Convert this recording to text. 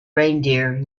reindeer